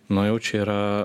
nu jau čia yra